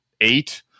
eight